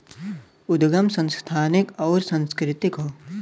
उदगम संस्थानिक अउर सांस्कृतिक हौ